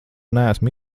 neesmu